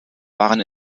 waren